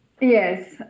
Yes